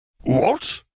What